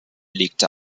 legte